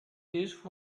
these